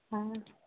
ꯑꯥ